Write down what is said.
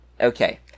Okay